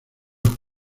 los